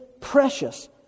precious